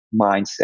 mindset